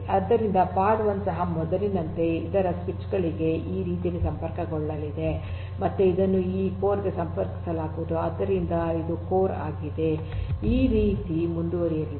ಆದ್ದರಿಂದ ಪಾಡ್ 1 ಸಹ ಮೊದಲಿನಂತೆ ಇತರ ಸ್ವಿಚ್ ಗಳಿಗೆ ಈ ರೀತಿಯಲ್ಲಿ ಸಂಪರ್ಕಗೊಳ್ಳಲಿದೆ ಮತ್ತೆ ಇದನ್ನು ಈ ಕೋರ್ ಗೆ ಸಂಪರ್ಕಿಸಲಾಗುವುದು ಆದ್ದರಿಂದ ಇದು ಕೋರ್ ಆಗಿದೆ ಈ ರೀತಿ ಮುಂದುವರಿಯಲಿದೆ